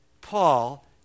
Paul